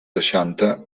seixanta